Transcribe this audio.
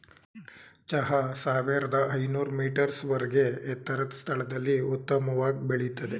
ಚಹಾ ಸಾವಿರ್ದ ಐನೂರ್ ಮೀಟರ್ಸ್ ವರ್ಗೆ ಎತ್ತರದ್ ಸ್ಥಳದಲ್ಲಿ ಉತ್ತಮವಾಗ್ ಬೆಳಿತದೆ